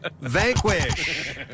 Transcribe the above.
Vanquish